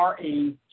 re